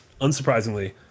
unsurprisingly